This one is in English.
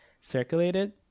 circulated